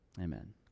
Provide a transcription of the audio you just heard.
Amen